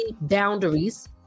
boundaries